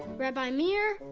rabbi meir,